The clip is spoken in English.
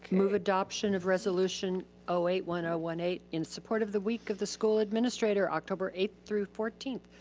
move adoption of resolution oh eight one oh one eight in support of the week of the school administrator, october eighth through fourteenth,